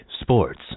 sports